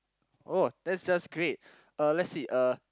oh that's just great uh let's see uh